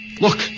Look